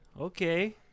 okay